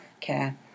care